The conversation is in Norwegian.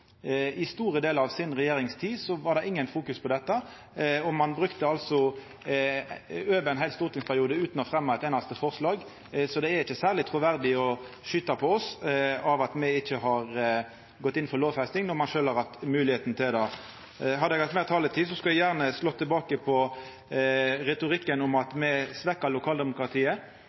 I store delar av deira regjeringstid var det ikkje noko fokus på dette, og ein brukte altså meir enn ein heil stortingsperiode utan å fremja eit einaste forslag. Så det er ikkje særleg truverdig å skyta på oss for at me ikkje har gått inn for lovfesting, når ein sjølv har hatt moglegheita til det. Hadde eg hatt meir taletid, skulle eg gjerne slått tilbake på retorikken om at me svekkjer lokaldemokratiet.